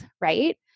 Right